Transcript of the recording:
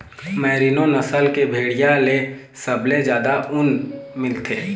merino नसल के भेड़िया ले सबले जादा ऊन मिलथे